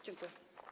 Dziękuję.